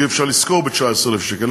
כי אי-אפשר לשכור ב-19,000 שקל.